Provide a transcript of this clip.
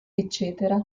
ecc